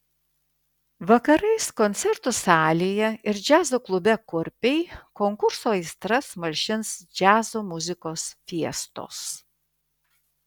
vakarais koncertų salėje ir džiazo klube kurpiai konkurso aistras malšins džiazo muzikos fiestos